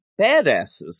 badasses